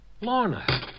Lorna